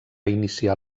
iniciar